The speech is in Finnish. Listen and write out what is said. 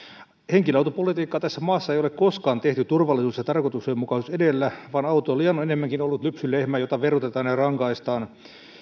henkilöautopolitiikkaa tässä maassa ei ole koskaan tehty turvallisuus ja tarkoituksenmukaisuus edellä vaan autoilija on enemmänkin ollut lypsylehmä jota verotetaan ja rangaistaan